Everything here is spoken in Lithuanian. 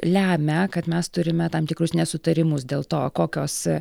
lemia kad mes turime tam tikrus nesutarimus dėl to kokios